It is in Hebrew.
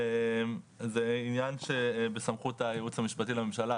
זה עניין שבסמכות היועץ המשפטי לממשלה.